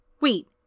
Wait